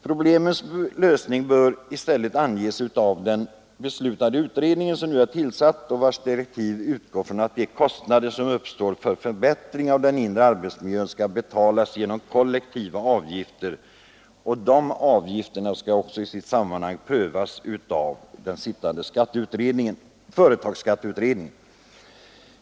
Problemens lösning bör anges av den beslutade utredningen som nu är tillsatt och vars direktiv utgår från att de kostnader som uppstår för förbättring av den inre arbetsmiljön skall betalas genom kollektiva avgifter, och dessa avgifter skall också i sitt sammanhang prövas av företagsskatteutredningen.